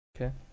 Okay